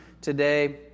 today